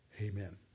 amen